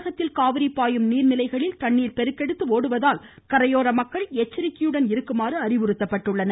தமிழகத்தில் காவிரி பாயும் நீர்நிலைகளில் தண்ணீர் பெருக்கெடுத்து ஓடுவதால் கரையோர மக்கள் எச்சரிக்கையுடன் இருக்குமாறு அறிவுறுத்தப்பட்டுள்ளனர்